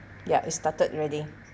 ya it's started already